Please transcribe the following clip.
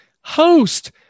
host